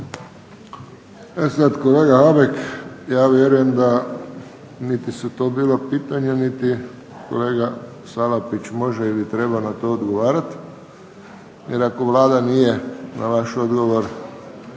E sad kolega Habek, ja vjerujem da niti su to bila pitanja, niti kolega Salapić može ili treba na to odgovarati. Jer ako Vlada nije na vaš odgovor